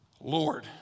Lord